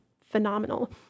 phenomenal